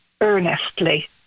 earnestly